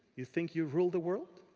you think you rule the world?